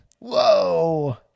Whoa